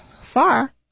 far